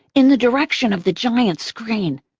in the direction of the giant screen.